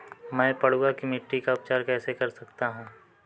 मैं पडुआ की मिट्टी का उपचार कैसे कर सकता हूँ?